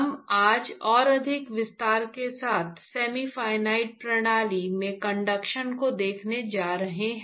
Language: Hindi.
हम आज और अधिक विस्तार के साथ सेमी इनफिनिट प्रणाली में कंडक्शन को देखने जा रहे हैं